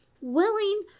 willing